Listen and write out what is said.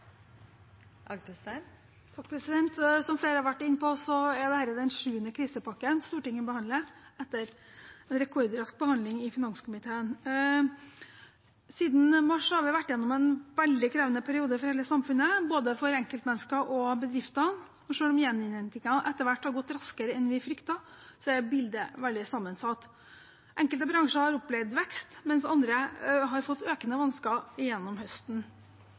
den sjuende krisepakken Stortinget behandler, etter en rekordrask behandling i finanskomiteen. Siden mars har vi vært gjennom en veldig krevende periode for hele samfunnet – både for enkeltmennesker og for bedrifter. Selv om gjeninnhentingen har gått raskere enn vi fryktet, er bildet veldig sammensatt. Enkelte bransjer har opplevd vekst, mens andre har fått økende vansker gjennom høsten.